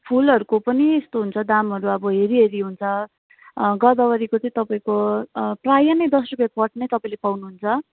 फुलहरूको पनि यस्तो हुन्छ दामहरू अब हेरि हेरि हुन्छ गोदावरीको चाहिँ तपाईँको प्राय नै दस रुपियाँ पट नै तपाईँले पाउनु हुन्छ